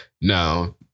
No